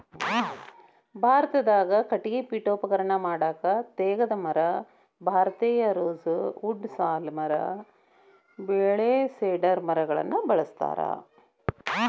ಭಾರತದಾಗ ಕಟಗಿ ಪೇಠೋಪಕರಣ ಮಾಡಾಕ ತೇಗದ ಮರ, ಭಾರತೇಯ ರೋಸ್ ವುಡ್ ಸಾಲ್ ಮರ ಬೇಳಿ ಸೇಡರ್ ಮರಗಳನ್ನ ಬಳಸ್ತಾರ